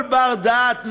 כל בר-דעת מבין,